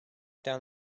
down